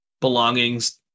belongings